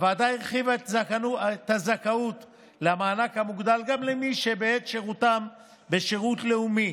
הוועדה הרחיבה את הזכאות למענק המוגדל גם למי שבעת שירותם בשירות לאומי